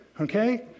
Okay